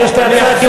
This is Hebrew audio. יש לי הצעה,